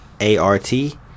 a-r-t